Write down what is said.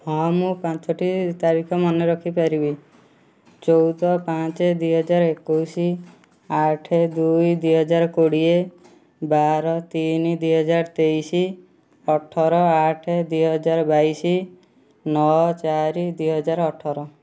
ହଁ ମୁଁ ପାଞ୍ଚଟି ତାରିଖ ମନେ ରଖିପାରିବି ଚଉଦ ପାଞ୍ଚେ ଦୁଇ ହଜାର ଏକୋଇଶି ଆଠେ ଦୁଇ ଦୁଇ ହଜାର କୋଡ଼ିଏ ବାର ତିନି ଦୁଇ ହଜାର ତେଇଶି ଅଠର ଆଠେ ଦୁଇ ହଜାର ବାଇଶି ନଅ ଚାରି ଦୁଇ ହାଜର ଅଠର